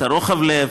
את רוחב הלב,